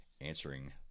answering